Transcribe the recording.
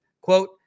Quote